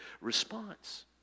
response